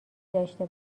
داشته